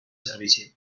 servici